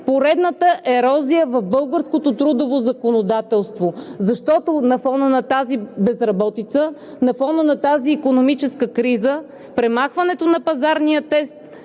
поредната ерозия в българското трудово законодателство, защото на фона на тази безработица и тази икономическа криза премахването на пазарния тест